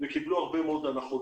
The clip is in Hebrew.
שקיבלו הרבה מאוד הנחות